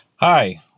Hi